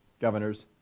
governors